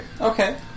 Okay